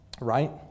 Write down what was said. Right